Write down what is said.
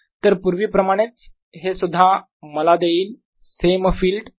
तर पूर्वी प्रमाणेच हे सुद्धा मला देईल सेम फिल्ड